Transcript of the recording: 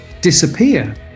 disappear